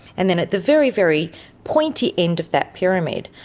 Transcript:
and then at the very, very pointy end of that pyramid,